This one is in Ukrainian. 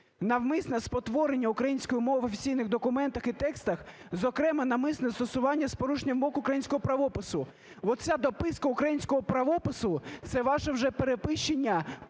навмисне спотворення української мови в офіційних документах і текстах, зокрема, навмисне застосування з порушенням вимог українського правопису. Оця дописка українського правопису – це ваше вже перевищення